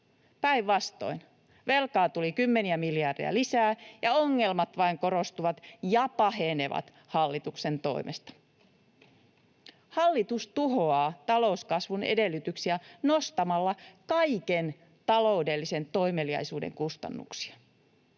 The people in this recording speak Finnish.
Päinvastoin, velkaa tuli kymmeniä miljardeja lisää ja ongelmat vain korostuvat ja pahenevat hallituksen toimesta. Hallitus tuhoaa talouskasvun edellytyksiä nostamalla kaiken taloudellisen toimeliaisuuden kustannuksia.